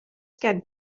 gen